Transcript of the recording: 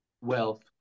wealth